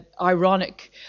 ironic